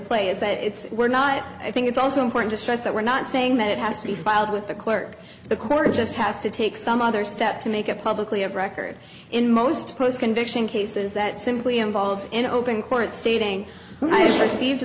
play is that it's we're not i think it's also important to stress that we're not saying that it has to be filed with the clerk the court just has to take some other step to make it publicly of record in most post conviction cases that simply involves an open court stating i received t